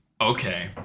okay